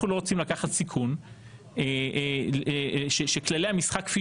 אנחנו לא רוצים לקחת סיכון שכללי המשחק כפי